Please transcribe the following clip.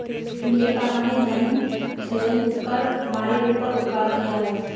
मेरे पापा ने धन सृजन कर हमारे ऊपर उपकार किया है